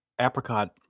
apricot